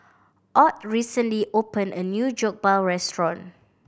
Ott recently opened a new Jokbal restaurant